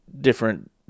different